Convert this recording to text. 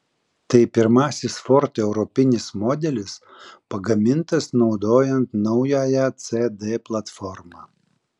tai pirmasis ford europinis modelis pagamintas naudojant naująją cd platformą